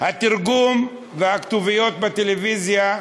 התרגום והכתוביות בטלוויזיה,